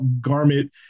garment